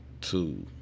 two